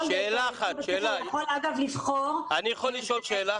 כל --- אגב לבחור --- אני יכול לשאול שאלה?